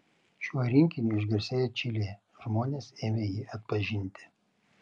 šiuo rinkiniu išgarsėjo čilėje žmonės ėmė jį atpažinti